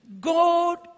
God